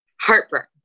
Heartburn